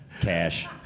Cash